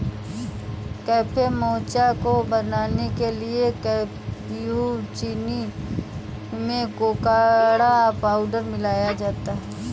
cafe mocha को बनाने के लिए कैप्युचीनो में कोकोडा पाउडर मिलाया जाता है